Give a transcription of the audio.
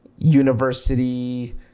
university